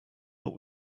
what